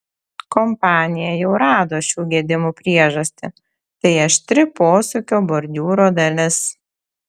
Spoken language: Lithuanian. kompanija jau rado šių gedimų priežastį tai aštri posūkio bordiūro dalis